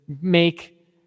make